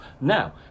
Now